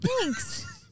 Thanks